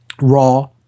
raw